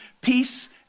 peace